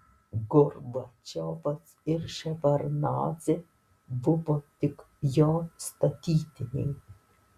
gorbačiovas ir ševardnadzė buvo tik jo statytiniai